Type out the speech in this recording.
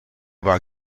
war